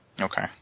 Okay